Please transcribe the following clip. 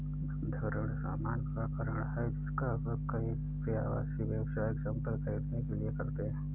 बंधक ऋण सामान्य प्रकार का ऋण है, जिसका उपयोग कई व्यक्ति आवासीय, व्यावसायिक संपत्ति खरीदने के लिए करते हैं